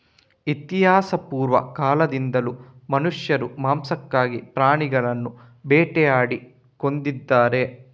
ಇತಿಹಾಸಪೂರ್ವ ಕಾಲದಿಂದಲೂ ಮನುಷ್ಯರು ಮಾಂಸಕ್ಕಾಗಿ ಪ್ರಾಣಿಗಳನ್ನು ಬೇಟೆಯಾಡಿ ಕೊಂದಿದ್ದಾರೆ